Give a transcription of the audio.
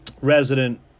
resident